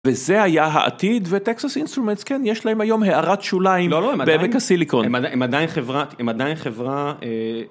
וזה היה העתיד וטקסס אינסטרומנטס יש להם היום הערת שוליים בעמק הסיליקון, הם עדיין חברה, הם עדיין חברה